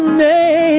name